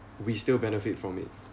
we still benefit from it